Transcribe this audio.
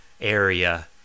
area